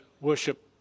worship